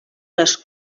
les